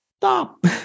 stop